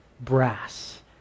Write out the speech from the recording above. brass